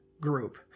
group